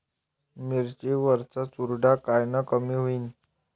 मिरची वरचा चुरडा कायनं कमी होईन?